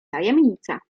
tajemnica